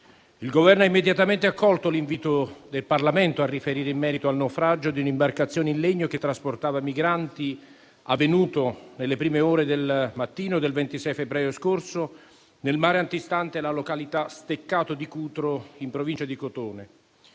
il Governo ha immediatamente accolto l'invito del Parlamento a riferire in merito al naufragio di un'imbarcazione in legno che trasportava migranti, avvenuto nelle prime ore del mattino del 26 febbraio scorso nel mare antistante la località Steccato di Cutro, in provincia di Crotone.